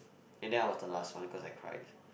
and then I was the last one because I cried